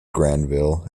granville